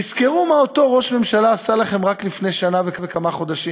תזכרו מה אותו ראש ממשלה עשה לכם רק לפני שנה וכמה חודשים,